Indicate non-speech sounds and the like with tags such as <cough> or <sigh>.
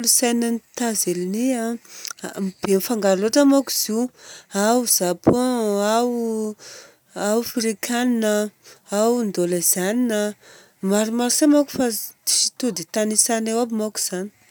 Kolontsainan'ny Etazonia a, <hesitation> be fangaro loatra manko izy io, ao Japon, ao <hesitation> Afrikanina a, ao Indonesianina. Maromaro se mako fa tsy tody tanisaina eo aby manko izany.